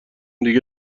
دیگه